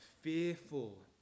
fearful